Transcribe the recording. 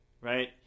right